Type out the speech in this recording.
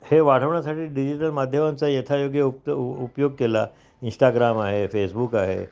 हे वाढवण्यासाठी डिजिटल माध्यमांचा यथाोग्य उप उपयोग केला इंस्टाग्राम आहे फेसबुक आहे